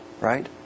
right